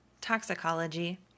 toxicology